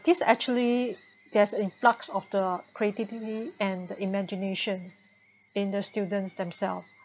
this actually there's an influx of the creativity and the imagination in the students themselves